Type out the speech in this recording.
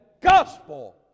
gospel